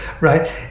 right